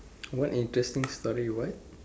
what interesting story what